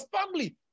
family